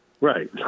Right